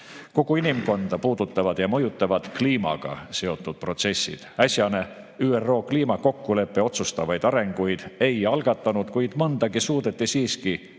inimkonda puudutavad ja mõjutavad kliimaga seotud protsessid. Äsjane ÜRO kliimakokkulepe otsustavaid arenguid ei algatanud, kuid mõndagi suudeti siiski